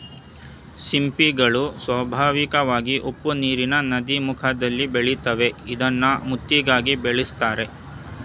ಸಿಂಪಿಗಳು ಸ್ವಾಭಾವಿಕವಾಗಿ ಉಪ್ಪುನೀರಿನ ನದೀಮುಖದಲ್ಲಿ ಬೆಳಿತಾವೆ ಇದ್ನ ಮುತ್ತಿಗಾಗಿ ಬೆಳೆಸ್ತರೆ